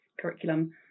curriculum